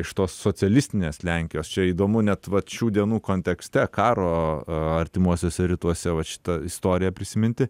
iš tos socialistinės lenkijos čia įdomu net vat šių dienų kontekste karo artimuosiuose rytuose vat šitą istoriją prisiminti